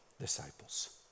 disciples